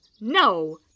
No